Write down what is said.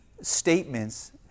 statements